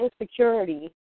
insecurity